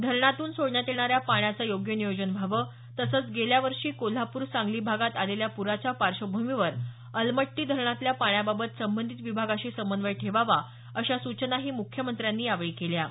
धरणातून सोडण्यात येणाऱ्या पाण्याचे योग्य नियोजन व्हावे तसंच गेल्या वर्षी कोल्हापूर सांगली भागात आलेल्या पुराच्या पार्श्वभूमीवर अलमट्टी धरणातल्या पाण्याबाबत संबंधित विभागाशी समन्वय ठेवावा अशा सूचनाही मुख्यमंत्र्यांनी केल्या आहेत